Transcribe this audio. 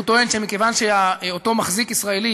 והוא טוען שמכיוון שאותו מחזיק ישראלי